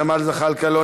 ג'מאל זחאלקה,